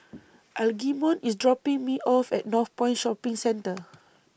Algernon IS dropping Me off At Northpoint Shopping Centre